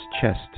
chest